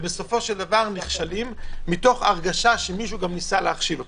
ובסופו של דבר נכשלים מתוך הרגשה שמישהו גם ניסה להכשיל אותם.